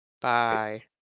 Bye